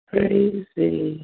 Crazy